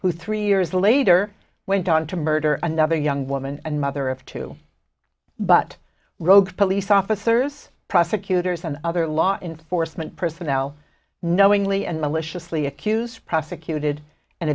who three years later went on to murder another young woman and mother of two but wrote police officers prosecutors and other law enforcement personnel knowingly and maliciously accused prosecuted and